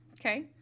okay